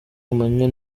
amanywa